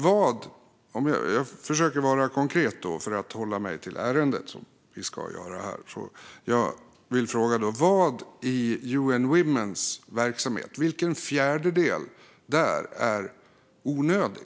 Jag ska försöka att vara konkret för att hålla mig till ärendet, som vi ska göra här. Jag vill då fråga: Vilken fjärdedel i UN Womens verksamhet är onödig?